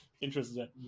interested